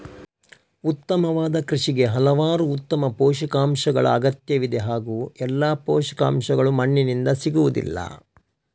ಉತ್ತಮವಾದ ಕೃಷಿಗೆ ಹಲವಾರು ಉತ್ತಮ ಪೋಷಕಾಂಶಗಳ ಅಗತ್ಯವಿದೆ ಹಾಗೂ ಎಲ್ಲಾ ಪೋಷಕಾಂಶಗಳು ಮಣ್ಣಿನಿಂದ ಸಿಗುವುದಿಲ್ಲ